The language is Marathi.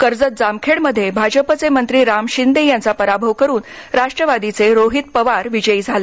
कर्जत जामखेडमध्ये भाजपाचे मंत्री राम शिंदे यांचा पराभव करून राष्ट्रवादीचे रोहित पवार विजयी झाले